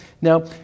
Now